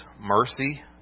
mercy